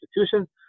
institutions